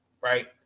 right